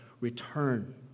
return